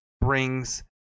brings